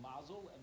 mazel